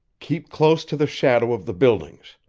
keep close to the shadow of the buildings.